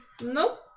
Nope